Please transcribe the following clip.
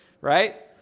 right